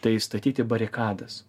tai statyti barikadas